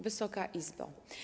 Wysoka Izbo!